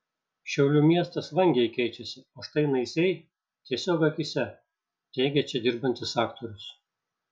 šiaulių miestas vangiai keičiasi o štai naisiai tiesiog akyse teigia čia dirbantis aktorius